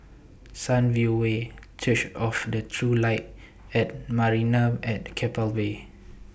Sunview Way Church of The True Light and Marina At Keppel Bay